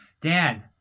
Dan